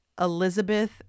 Elizabeth